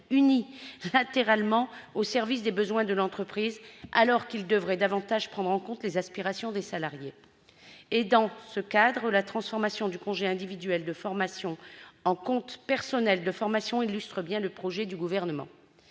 unilatéralement au service des besoins de l'entreprise, alors qu'ils devraient davantage prendre en compte les aspirations des salariés. À cet égard, la transformation du congé individuel de formation en compte personnel de formation illustre bien le projet du Gouvernement.